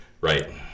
Right